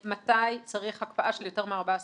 מתי צריך הקפאה של יותר מ-14 יום.